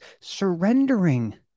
surrendering